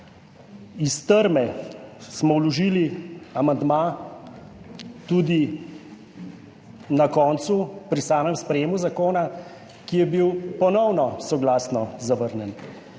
Iz trme smo vložili amandma tudi na koncu, pri samem sprejetju zakona, ta je bil ponovno soglasno zavrnjen.